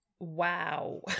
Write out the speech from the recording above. Wow